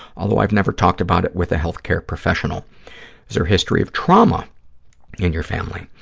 although i've never talked about it with a health care professional. is there a history of trauma in your family?